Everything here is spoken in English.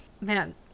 man